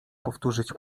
powtórzyć